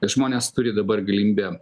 žmonės turi dabar galimybę